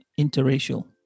interracial